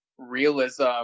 Realism